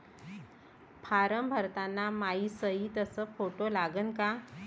Form भरताना मायी सयी अस फोटो लागन का?